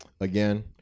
again